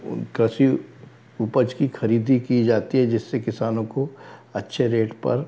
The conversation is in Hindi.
कृषि उपज की खरीदी की जाती है जिससे किसानों को अच्छे रेट पर